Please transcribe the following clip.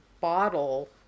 bottle